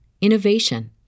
innovation